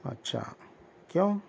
اچھا کیوں